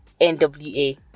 NWA